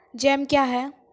Jam क्या हैं?